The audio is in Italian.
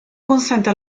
consente